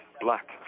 black